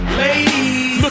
ladies